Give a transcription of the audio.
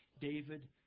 David